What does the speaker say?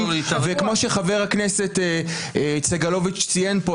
כמו שחבר הכנסת סגלוביץ' ציין כאן,